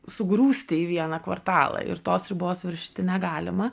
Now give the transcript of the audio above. sugrūsti į vieną kvartalą ir tos ribos viršyti negalima